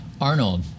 Arnold